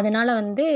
அதனால் வந்து